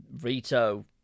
Rito